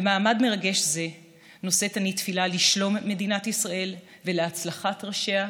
במעמד מרגש זה נושאת אני תפילה לשלום המדינה ולהצלחת ראשיה,